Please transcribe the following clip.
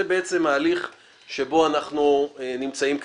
זה בעצם ההליך שבו אנחנו נמצאים כרגע.